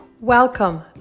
Welcome